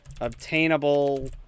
Obtainable